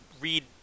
read